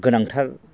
गोनांथार